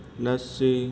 lassi